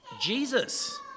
Jesus